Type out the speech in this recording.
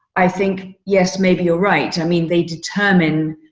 i think yes, maybe you're right. i mean, they determine